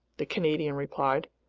the canadian replied.